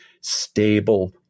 stable